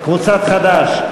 קבוצת חד"ש.